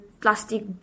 plastic